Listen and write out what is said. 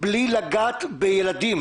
בלי לגעת בילדים,